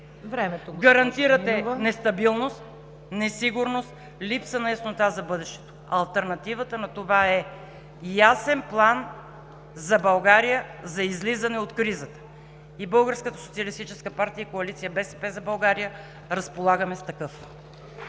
Гарантирате нестабилност, несигурност, липса на яснота за бъдещето. Алтернативата на това е – ясен план за България за излизане от кризата и Българската социалистическа